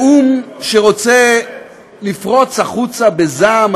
יש לי נאום שרוצה לפרוץ החוצה בזעם,